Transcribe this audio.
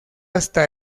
hasta